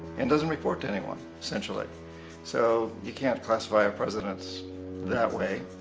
and doesn't report to anyone, essentially. so you can't classify our presidents that way.